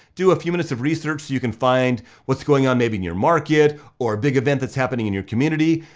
do a few minutes of research so you can find what's going on maybe in your market, or a big event that's happening in your community.